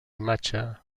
imatge